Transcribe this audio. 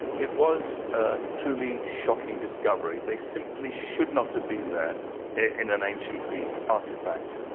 it was a truly shocking discovery. they simply should not have been there in an ancient greek artifact.